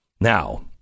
Now